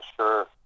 sure